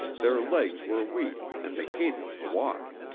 their legs were weak and they hated to walk.